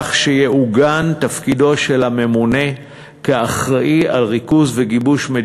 כך שיעוגן תפקידו של הממונה כאחראי לריכוז וגיבוש של